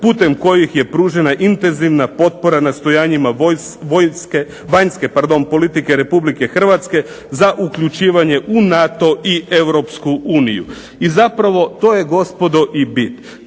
putem kojih je pružena intenzivna potpora nastojanjima vanjske politike Republike Hrvatske za uključivanje u NATO i Europsku uniju i zapravo to je gospodo i bit.